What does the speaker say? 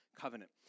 Covenant